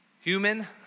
human